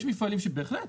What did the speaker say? בהחלט.